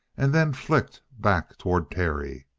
and then flicked back toward terry.